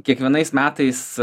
kiekvienais metais